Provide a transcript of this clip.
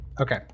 Okay